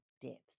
depth